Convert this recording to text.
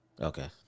Okay